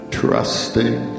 trusting